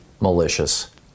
malicious